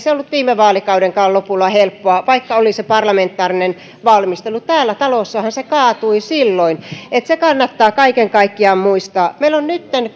se ollut viime vaalikaudenkaan lopulla helppoa vaikka oli se parlamentaarinen valmistelu täällä talossahan se kaatui silloin eli se kannattaa kaiken kaikkiaan muistaa meillä on nyt